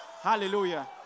Hallelujah